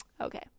okay